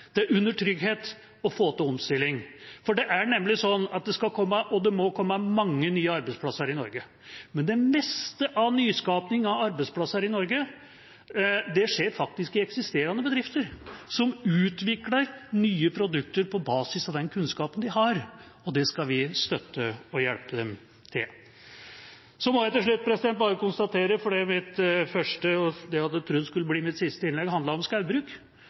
under trygghet å få til omstilling, for det er nemlig slik at det skal og må komme mange nye arbeidsplasser i Norge. Men det meste av nyskapingen av arbeidsplasser i Norge skjer faktisk i eksisterende bedrifter, som utvikler nye produkter på basis av den kunnskapen de har. Det skal vi støtte dem i og hjelpe dem til. Til slutt må jeg bare konstatere – fordi mitt første innlegg, som jeg trodde skulle bli mitt siste, handlet om